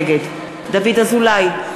נגד דוד אזולאי,